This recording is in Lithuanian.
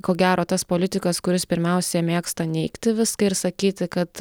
ko gero tas politikas kuris pirmiausia mėgsta neigti viską ir sakyti kad